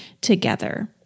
together